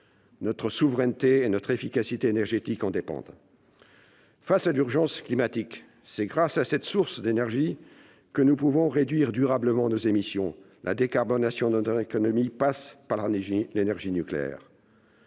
Notre souveraineté et notre efficacité énergétiques en dépendent. Face à l'urgence climatique, c'est grâce à cette source d'énergie que nous pouvons réduire durablement nos émissions : la décarbonation de notre économie passe par l'énergie nucléaire.